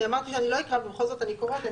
אני אמרתי שאני לא אקרא ובכל זאת אני קוראת.